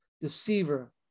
deceiver